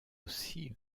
aussi